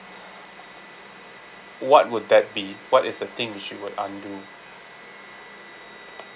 what would that be what is the thing which you would undo